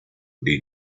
dei